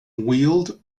weald